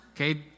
okay